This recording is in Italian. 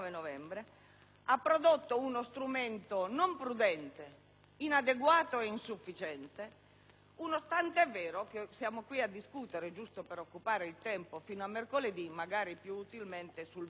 ha prodotto uno strumento non prudente, ma inadeguato e insufficiente, tant'è vero che siamo qui a discutere, giusto per occupare il tempo fino a mercoledì, augurandoci di discutere più utilmente sul prossimo